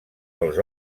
els